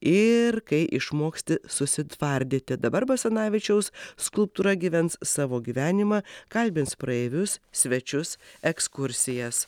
ir kai išmoksti susitvardyti dabar basanavičiaus skulptūra gyvens savo gyvenimą kalbins praeivius svečius ekskursijas